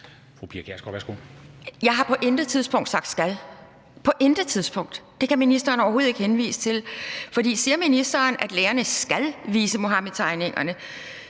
Jeg har på intet tidspunkt sagt »skal« – på intet tidspunkt. Det kan ministeren overhovedet ikke henvise til. For siger ministeren, at lærerne skal vise Muhammedtegningerne,